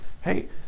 Hey